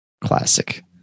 classic